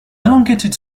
elongated